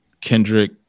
Kendrick